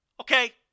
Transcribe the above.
Okay